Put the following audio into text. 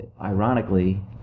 ironically